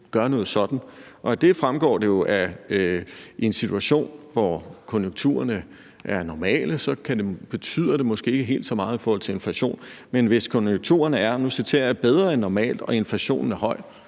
der fremgår det jo, at i en situation, hvor konjunkturerne er normale, betyder det måske ikke helt så meget i forhold til inflationen, men hvis det er, og nu citerer jeg, bedre end normalt og inflationen er høj